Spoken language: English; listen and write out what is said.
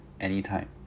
anytime